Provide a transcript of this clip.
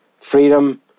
freedom